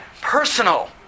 personal